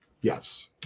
Yes